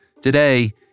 Today